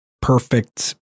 perfect